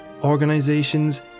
organizations